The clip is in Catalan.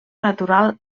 natural